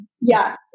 Yes